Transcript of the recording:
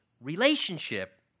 relationship